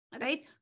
right